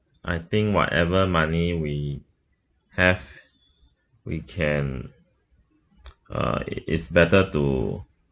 I think whatever money we have we can uh it it's better to